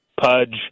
pudge